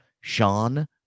Sean